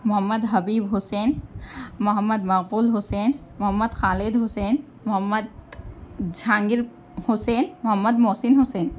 Muhammad Habib Hussain Muhammad Maqbool Hussain Muhammad Khalid Hussain Muhammad Jahangir Hussain Muhammad Mohsin Hussain